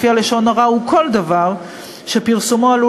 שלפיה לשון הרע הוא "כל דבר שפרסומו עלול